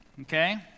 Okay